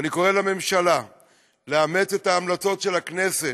ואני קורא לממשלה לאמץ את ההמלצות של הכנסת.